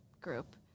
group